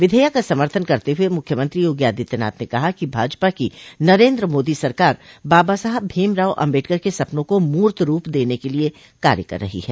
विधेयक का समर्थन करते हुए मुख्यमंत्री योगी आदित्यनाथ ने कहा कि भाजपा की नरेन्द्र मोदी सरकार बाबा साहब भीमराव आम्बेडकर के सपनों को मूर्तरूप देने के लिये कार्य कर रही हैं